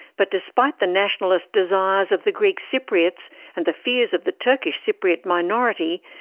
but despite the nationalist desires of the greek cypriots and the fears of the turkish cypriot minority,